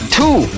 two